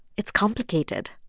it's complicated.